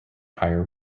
higher